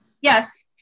yes